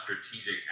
strategic